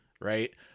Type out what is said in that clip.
Right